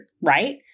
right